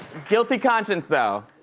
guilty conscience, though.